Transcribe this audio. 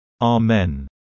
Amen